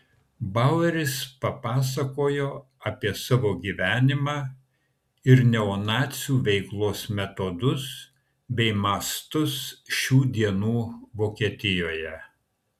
baueris papasakojo apie savo gyvenimą ir neonacių veiklos metodus bei mastus šių dienų vokietijoje